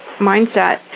mindset